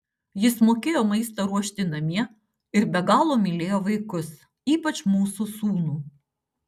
jis mokėjo maistą ruošti namie ir be galo mylėjo vaikus ypač mūsų sūnų